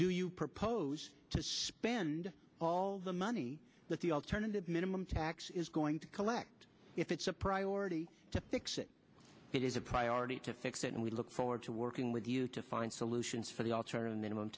do you propose to spend all the money that the alternative minimum tax is going to collect if it's a priority to fix it it is a priority to fix it and we look forward to working with you to find solutions for the alternative minimum